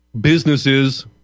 Businesses